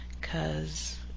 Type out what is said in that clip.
cause